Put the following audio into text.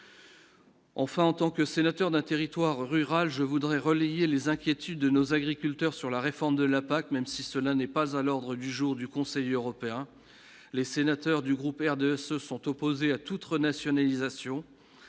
Enfin, en tant que sénateur d'un territoire rural, je voudrais relayer les inquiétudes de nos agriculteurs sur la réforme de la PAC, même si cela n'est pas à l'ordre du jour du Conseil européen, les sénateurs du groupe air de se sont opposées à toute renationalisation